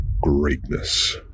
greatness